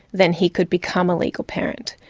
then he could become a legal parent.